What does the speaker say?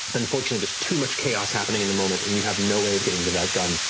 unfortunately, there's too much chaos happening in the moment, and you have no way of getting to that gun,